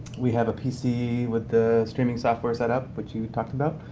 we have a pc with the streaming software set up, which you talked about.